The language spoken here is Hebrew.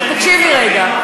תקשיב לי רגע.